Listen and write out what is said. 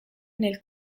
nel